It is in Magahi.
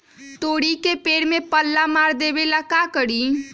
तोड़ी के पेड़ में पल्ला मार देबे ले का करी?